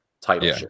title